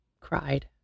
cried